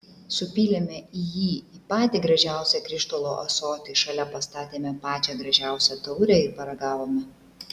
supylėme jį į patį gražiausią krištolo ąsotį šalia pastatėme pačią gražiausią taurę ir paragavome